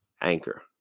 Anchor